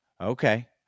Okay